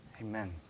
Amen